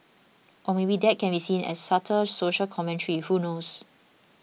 or maybe that can be seen as subtle social commentary who knows